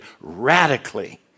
radically